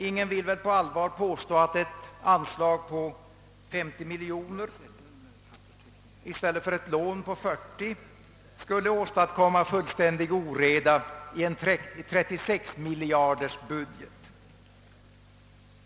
Ingen vill väl på allvar påstå att ett anslag på 50 miljoner kronor i stället för ett lån på 40 miljoner skulle åstadkomma fullständig oreda i en 36-miljardersbudget.